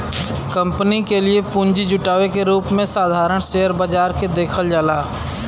company के लिए पूंजी जुटावे के रूप में साधारण शेयर बाजार के देखल जाला